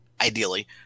ideally